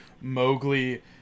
Mowgli